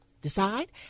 decide